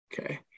Okay